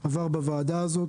עבר בוועדה הזאת.